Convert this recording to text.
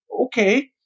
okay